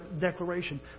declaration